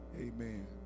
Amen